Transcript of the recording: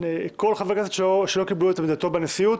שכל חבר כנסת שלא קיבלו את עמדתו בנשיאות